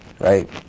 right